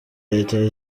leta